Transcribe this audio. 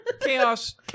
chaos